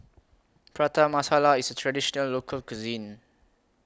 Prata Masala IS A Traditional Local Cuisine